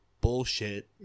bullshit